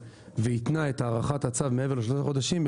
והתנה את הארכת הצו מעבר לשלושה חודשים,